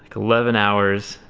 eleven hours.